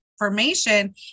information